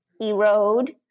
Erode